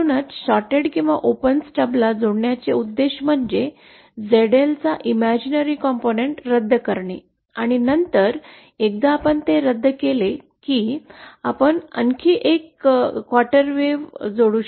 म्हणूनच शॉर्ट्ड किंवा ओपन स्टबला जोडण्याचा उद्देश म्हणजे ZL चा काल्पनिक घटक रद्द करणे आणि नंतर एकदा आपण ते रद्द केले की आपण आणखी एक चतुर्थांश वेव्ह जोडू